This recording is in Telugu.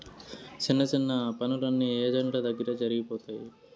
సిన్న సిన్న పనులన్నీ ఏజెంట్ల దగ్గరే జరిగిపోతాయి